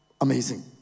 amazing